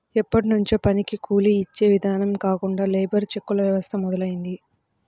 ఎప్పట్నుంచో పనికి కూలీ యిచ్చే ఇదానం కాకుండా లేబర్ చెక్కుల వ్యవస్థ మొదలయ్యింది